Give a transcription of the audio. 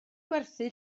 gwerthu